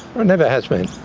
never has been.